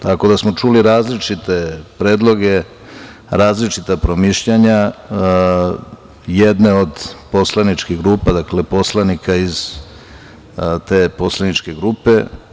Tako da smo čuli različite predloge, različita promišljanja jedne od poslaničkih grupa, dakle poslanika iz te poslaničke grupe.